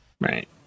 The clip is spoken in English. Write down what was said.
Right